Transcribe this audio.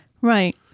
right